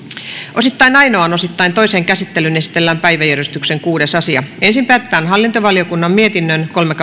osittain ainoaan osittain toiseen käsittelyyn esitellään päiväjärjestyksen kuudes asia ensin päätetään hallintovaliokunnan mietinnön kolme